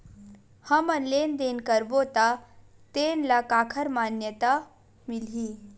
हमन लेन देन करबो त तेन ल काखर मान्यता मिलही?